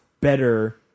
better